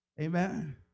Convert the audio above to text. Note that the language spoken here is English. Amen